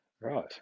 right